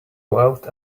out